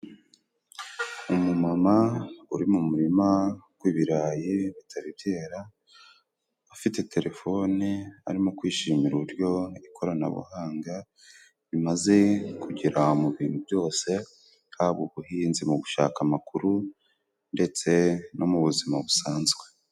Umumama uri mu murima w'ibirayi bitari byera ,afite telefone arimo kwishimira uburyo ikoranabuhanga rimaze kugera mu bintu byose, haba ubuhinzi mu gushaka amakuru ndetse no mu buzima busanzwe.